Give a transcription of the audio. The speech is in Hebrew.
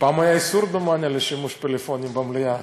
פעם היה איסור, דומני, שימוש בפלאפונים במליאה.